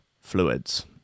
Fluids